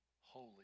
holy